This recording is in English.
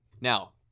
now